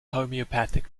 homeopathic